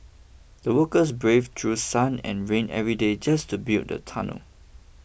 the workers braved through sun and rain every day just to build the tunnel